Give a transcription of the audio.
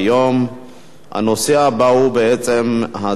שמונה בעד, אין מתנגדים.